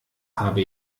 habe